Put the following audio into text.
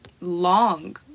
long